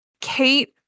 Kate